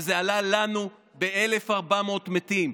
וזה עלה לנו ב-1,400 מתים.